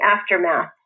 aftermath